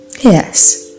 Yes